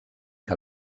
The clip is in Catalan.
que